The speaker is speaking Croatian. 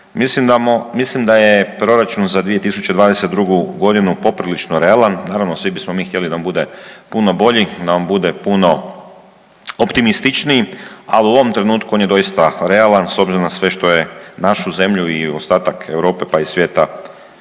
mislim da je Proračun za 2022. godinu poprilično realan. Naravno svi bismo mi htjeli da nam bude puno bolji, da nam bude puno optimističniji, ali u ovom trenutku on je doista realan s obzirom na sve što je našu zemlju i ostatak Europe, pa i svijeta